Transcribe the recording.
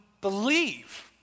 believe